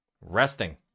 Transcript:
Resting